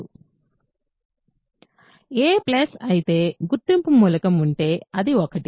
a plus అయితే గుర్తింపు మూలకాలు ఉంటే అది 1